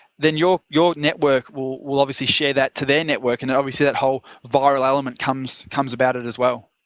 then your your network will will obviously share that to their network, and obviously that whole viral element comes comes about it as well.